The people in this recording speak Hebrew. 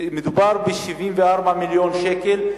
מדובר ב-74 מיליון שקל,